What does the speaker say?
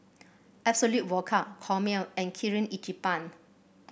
Absolut Vodka Chomel and Kirin Ichiban